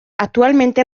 actualmente